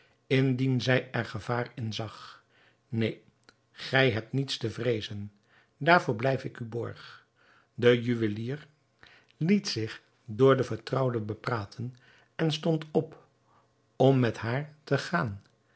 indien zij er gevaar in zag neen gij hebt niets te vreezen daarvoor blijf ik u borg de juwelier liet zich door de vertrouwde bepraten en stond op om met haar te gaan